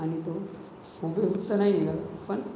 आणि तो हुबेहूब तर नाही निघाला पण